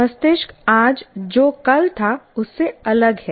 मस्तिष्क आज जो कल था उससे अलग है